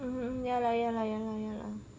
mm mm ya lah ya lah ya lah ya lah